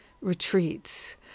Retreats